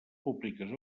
públiques